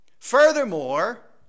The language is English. Furthermore